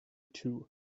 two